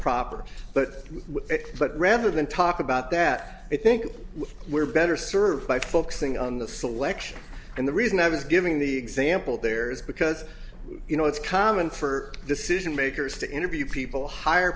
proper but but rather than talk about that i think we're better served by focusing on the selection and the reason i was giving the example there is because you know it's common for decision makers to interview people hire